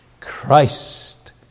Christ